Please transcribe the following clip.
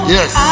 Yes